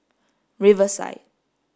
riverside